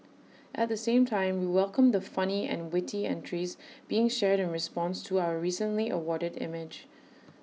at the same time we welcome the funny and witty entries being shared in response to our recently awarded image